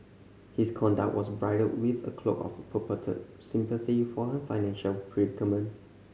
his conduct was bridled with a cloak of purported sympathy for her financial predicament